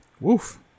Woof